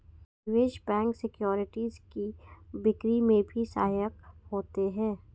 निवेश bank securities की बिक्री में भी सहायक होते हैं